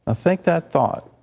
ah think that thought.